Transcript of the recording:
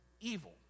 evil